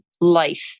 life